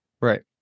Right